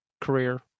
career